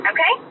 Okay